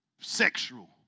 sexual